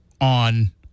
On